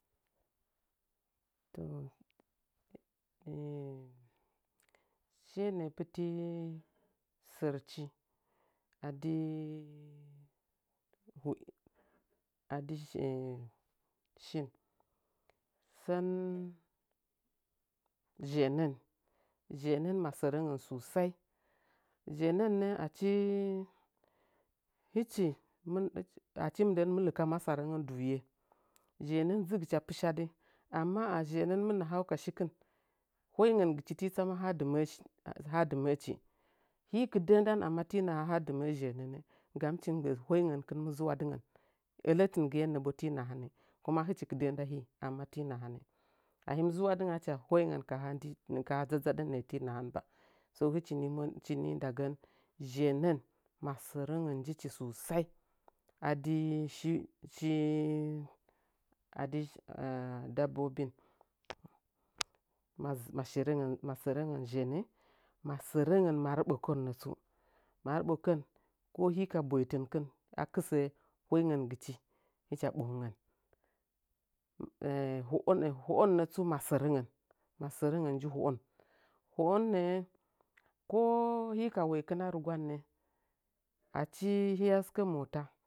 To shiye nəə pɨti serchi adi hoe adɨ shin sən zheənən zheənən ma sərəngə sasai zhe nənnə achi hɨchi ma sərəngə dzɨgɨcha pɨsadɨ amma a zhenəan mɨ nahan ka shikɨn hoingəgɨchi ti tsama ha dɨ məəchi ha dɨməchi hi kɨdəh ndan amma ti naha ha dɨ məə zhennə hɨchim mgbəə hoingəkin mɨzuwadɨngan ələtingɨennə bo ti nahan kuma hɨchi kɨdah nda hi amma ti nahan ahim zuwadɨnga hɨcha hoingən ti kaha dzadzaɗən nəə ti nahan ba so hɨchi nimo ndagən zhe nən masərəngən njichi sosai adi shi shi dabbobin ma sərə ngən zheənən masərəngən marbokən nə marbokən nə tsun ko hi ka boitin kɨn a kɨsəə hoingən gɨchi həcha ɓoho ngən ho'on ho'on nətsu maserəngən masərəngən nji hoon ho'onnəə ko hi ka woikin a rɨgwannə achi hi a sɨkə mota